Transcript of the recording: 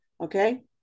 Okay